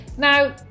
Now